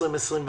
צוהריים טובים.